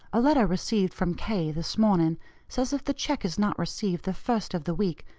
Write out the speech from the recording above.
a letter received from k. this morning says if the check is not received the first of the week,